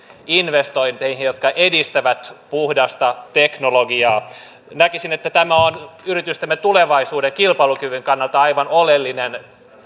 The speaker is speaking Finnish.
investointeihin jotka edistävät puhdasta teknologiaa näkisin että tämä on yritystemme tulevaisuuden kilpailukyvyn kannalta aivan oleellinen